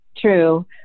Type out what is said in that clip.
True